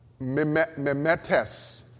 Memetes